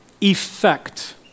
effect